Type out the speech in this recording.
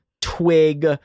twig